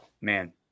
Man